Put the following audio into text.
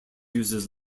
uses